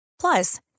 Plus